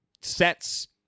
sets